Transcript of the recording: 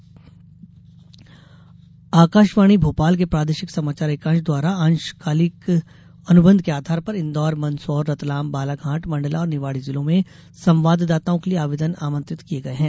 अशंकालिक संवाददाता आकाशवाणी भोपाल के प्रादेशिक समाचार एकांश द्वारा अंशकालिक अनुबंध के आधार पर इन्दौर मंदसौर रतलाम बालाघाट मंडला और निवाड़ी जिलों में संवाददाताओं के लिये आवेदन आमंत्रित किये गये हैं